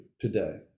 today